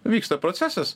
vyksta procesas